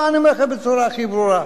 אני אומר לכם בצורה הכי ברורה.